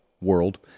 world